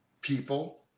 people